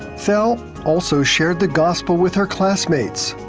val also shared the gospel with her classmates,